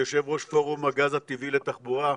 יושב ראש פורום הגז הטבעי לתחבורה,